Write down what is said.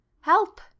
Help